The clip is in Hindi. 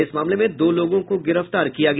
इस मामले में दो लोगों को गिरफ्तार किया गया